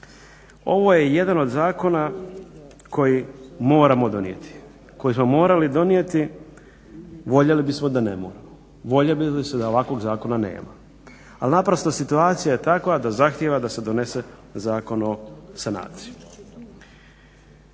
Ovo je jedan od zakona koji moramo donijeti, koji smo morali donijeti. Voljeli bismo da ne moramo, voljeli bismo da ovakvog zakona nema, ali naprosto situacija je takva da zahtijeva da se donese Zakon o sanaciji.